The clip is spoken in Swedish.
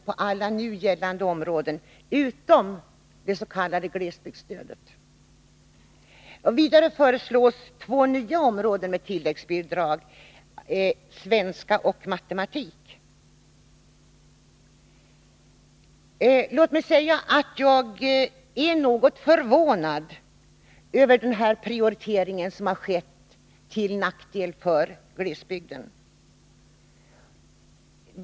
på alla nu gällande områden utom i fråga om det s.k. glesbygdsstödet. Vidare föreslås att två nya ämnesområden får tilläggsbidrag, nämligen svenska och matematik. Jag är något förvånad över den prioritering som skett till nackdel för glesbygden.